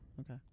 Okay